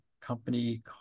company